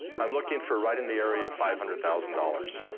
i'm looking for right in the area of five hundred thousand dollars.